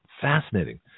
fascinating